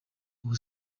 ubu